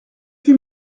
huit